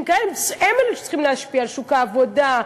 הם אלה שצריכים להשפיע על שוק העבודה,